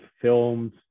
filmed